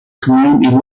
community